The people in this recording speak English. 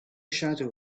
shadow